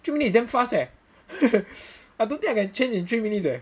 three minutes is damn fast eh I don't think I can change in three minutes eh